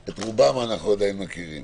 את רובם אנחנו עדיין מכירים